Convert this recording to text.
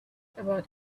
about